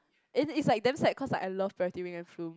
and it's like damn sad cause like I love Purity Ring and Flume